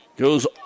Goes